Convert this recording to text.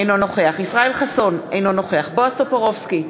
אינו נוכח ישראל חסון, אינו נוכח בועז טופורובסקי,